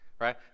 Right